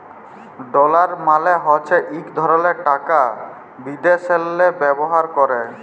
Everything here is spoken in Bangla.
ডলার মালে হছে ইক ধরলের টাকা বিদ্যাশেল্লে ব্যাভার ক্যরে